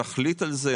נחליט על זה,